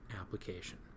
application